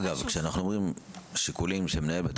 אגב כשאנחנו אומרים שיקולים של מנהל בית